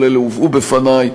כל אלה הובאו בפני,